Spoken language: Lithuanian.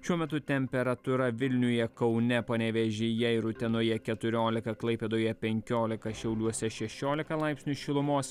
šiuo metu temperatūra vilniuje kaune panevėžyje ir utenoje keturiolika klaipėdoje penkiolika šiauliuose šešiolika laipsnių šilumos